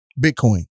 Bitcoin